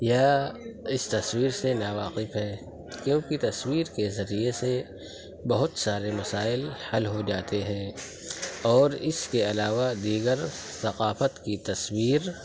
یا اس تصویر سے ناواقف ہیں کیونکہ تصویر کے ذریعے سے بہت سارے مسائل حل ہو جاتے ہیں اور اس کے علاوہ دیگر ثقافت کی تصویر